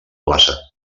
plaça